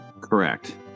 correct